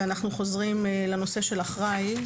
אנחנו חוזרים לנושא של אחראי,